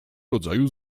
rodzaju